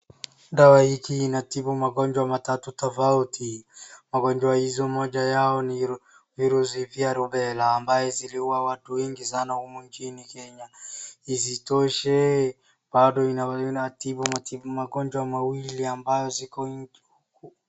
Dawa hiki inatibu magonjwa matatu tofauti. Magonjwa hizi moja yao ni virusi vya rubela ambaye ziliua watu wengi sana humu nchini Kenya. Isitoshe bado inatibu magonjwa mawili ambaye ziko.